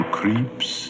creeps